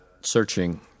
searching